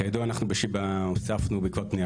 כידוע אנחנו בשיבא הוספנו בעקבות פניה